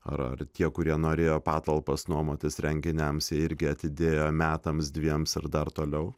ar ar tie kurie norėjo patalpas nuomotis renginiams irgi atidėjo metams dviems ar dar toliau